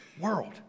world